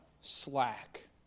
Slack